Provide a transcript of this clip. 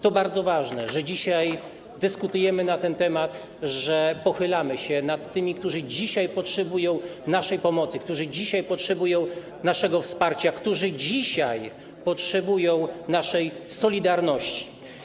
To bardzo ważne, że dzisiaj dyskutujemy na ten temat, że pochylamy się nad tymi, którzy dzisiaj potrzebują naszej pomocy, którzy dzisiaj potrzebują naszego wsparcia, którzy dzisiaj potrzebują naszej solidarności.